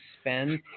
spend